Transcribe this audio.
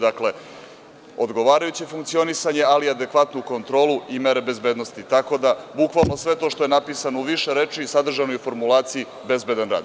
Dakle, odgovarajuće funkcionisanje ali adekvatnu kontrolu i mere bezbednosti, tako da bukvalno sve to što je napisano u više reči sadržano je i u formulaciji bezbedan rad.